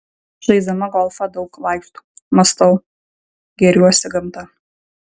žaisdama golfą daug vaikštau mąstau gėriuosi gamta